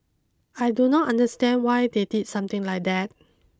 I do not understand why they did something like that